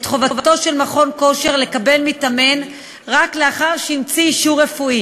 את חובתו של מכון כושר לקבל מתאמן רק לאחר שהמציא אישור רפואי